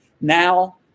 now